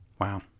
Wow